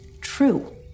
true